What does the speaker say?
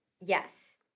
Yes